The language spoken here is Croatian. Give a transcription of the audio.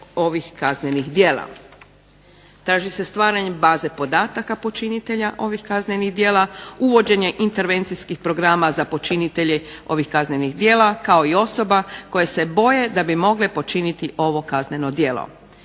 Traži se stvaranje baze podataka počinitelja ovih kaznenih djela, uvođenje intervencijskih programa za počinitelje ovih kaznenih djela kao i osoba koje se boje da bi mogle počiniti ovo kazneno djelo.